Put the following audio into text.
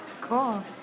Cool